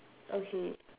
okay